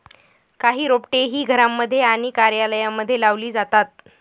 काही रोपटे ही घरांमध्ये आणि कार्यालयांमध्ये लावली जातात